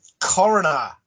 Coroner